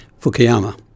Fukuyama